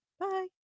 Bye